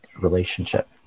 relationship